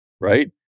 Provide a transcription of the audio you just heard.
right